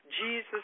Jesus